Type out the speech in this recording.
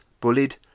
bullied